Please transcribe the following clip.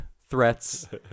threats